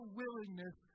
willingness